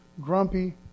grumpy